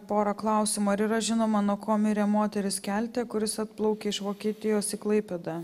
pora klausimų ar yra žinoma nuo ko mirė moteris kelte kuris atplaukė iš vokietijos į klaipėdą